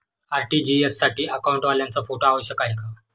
RTGS साठी अकाउंटवाल्याचा photo आवश्यक आहे का?